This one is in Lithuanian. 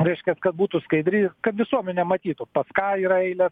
reiškias kad būtų skaidri kad visuomenė matytų pas ką yra eilės